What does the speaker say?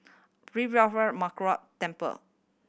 Arulmigu Murugan Temple